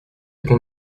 qu’on